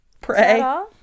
Pray